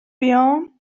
بیام